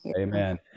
Amen